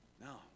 No